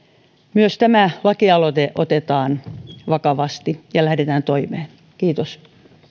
myös tämä lakialoite otetaan vakavasti ja lähdetään toimeen kiitos